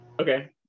Okay